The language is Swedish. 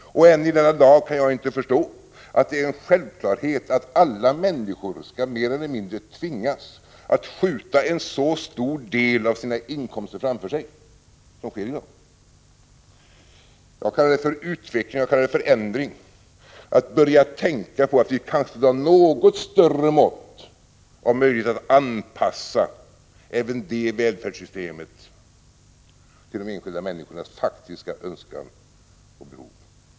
Än i denna dag kan jag inte förstå att det är en självklarhet att alla människor skall mer eller mindre tvingas skjuta en så stor del av sina inkomster framför sig som sker i dag. Jag kallar det utveckling och förändring att börja tänka på att vi i kanske något större mått har möjlighet att anpassa även det välfärdssystemet till de enskilda människornas faktiska önskningar och behov.